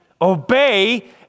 obey